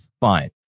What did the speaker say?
Fine